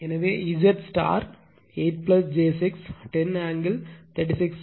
எனவே Z star 8 j 6 10 angle 36